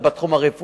שהיא בתחום הרפואי,